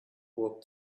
walk